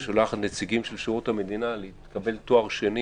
ששולחת נציגים של שירות המדינה לקבל תואר שני